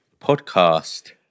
podcast